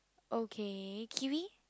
okay kiwi